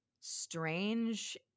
strange